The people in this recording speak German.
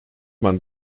man